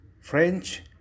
French